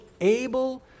able